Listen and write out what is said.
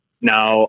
Now